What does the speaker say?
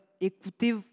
Écoutez